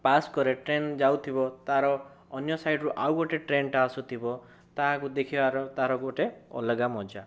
pass କରେ train ଯାଉଥିବ ତା ର ଅନ୍ୟ ସାଇଡରୁ ଆଉ ଗୋଟେ ଟ୍ରେନଟା ଆସୁଥିବ ତାହାକୁ ଦେଖିବାର ତା ର ଗୋଟେ ଅଲଗା ମଜା